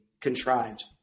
contrived